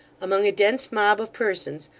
among a dense mob of persons,